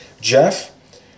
Jeff